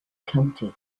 county